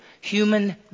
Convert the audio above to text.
human